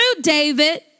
David